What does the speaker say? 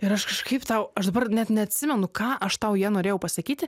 ir aš kažkaip tau aš dabar net neatsimenu ką aš tau ja norėjau pasakyti